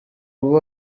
ubu